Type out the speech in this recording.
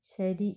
ശരി